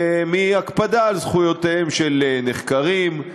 מהקפדה על זכויותיהם של נחקרים,